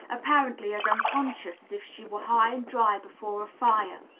apparently as unconscious as if she were high and dry before a fire.